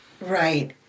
Right